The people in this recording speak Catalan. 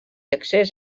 accés